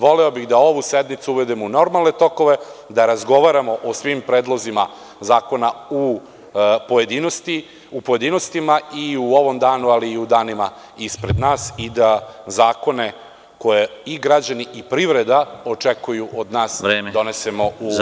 Voleo bih da ovu sednicu uvedemo u normalne tokove, da razgovaramo o svim predlozima zakona u pojedinostima i u ovom danu i u danima ispred nas i da zakone, koje i građani i privreda očekuju od nas, donesemo u zadatom roku.